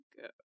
go